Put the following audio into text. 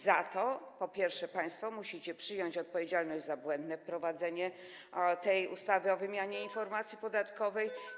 Za to państwo musicie przyjąć odpowiedzialność: za błędne wprowadzenie tej ustawy o wymianie informacji podatkowej.